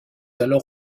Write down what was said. alors